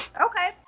Okay